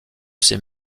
ces